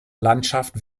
landschaft